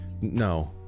no